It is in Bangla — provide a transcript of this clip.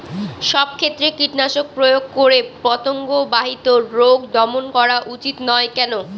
সব ক্ষেত্রে কীটনাশক প্রয়োগ করে পতঙ্গ বাহিত রোগ দমন করা উচিৎ নয় কেন?